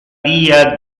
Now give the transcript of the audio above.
via